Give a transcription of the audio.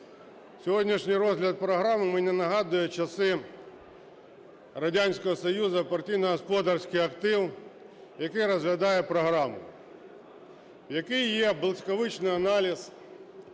Сьогоднішній розгляд програми мені нагадує часи Радянського Союзу, партійно-господарський актив, який розглядає програму. Який є блискавичний аналіз, сама програма